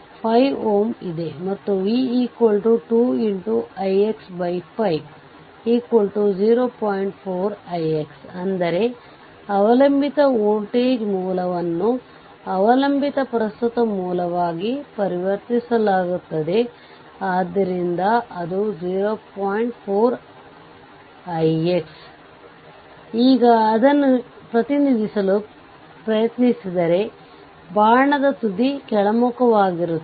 ಆದ್ದರಿಂದ ವಿದ್ಯುತ್ ಮೂಲಗಳು ತೆರೆದಿವೆ ಮತ್ತು ಈ ವೋಲ್ಟೇಜ್ ಮೂಲಗಳು ಷಾರ್ಟ್ ಮಾಡಲಾಗಿದೆ ಮತ್ತು ಟರ್ಮಿನಲ್ 1 ಮತ್ತು 2 ರಿಂದ ನೋಡಿದರೆ RThevenin ಪಡೆಯಬಹುದು